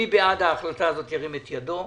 מי בעד ההחלטה הזאת ירים את ידו.